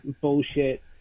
bullshit